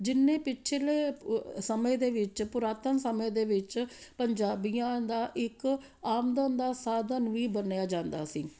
ਜਿੰਨੇ ਪਿਛਲੇ ਸਮੇਂ ਦੇ ਵਿੱਚ ਪੁਰਾਤਨ ਸਮੇਂ ਦੇ ਵਿੱਚ ਪੰਜਾਬੀਆਂ ਦਾ ਇੱਕ ਆਮਦਨ ਦਾ ਸਾਧਨ ਵੀ ਮੰਨਿਆਂ ਜਾਂਦਾ ਸੀ